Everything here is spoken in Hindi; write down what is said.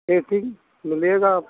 ठीक ठीक मिलेगा आपको